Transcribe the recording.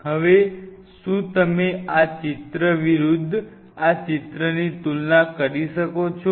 હવે શું તમે આ ચિત્ર વિરુદ્ધ આ ચિત્રની તુલના કરી શકો છો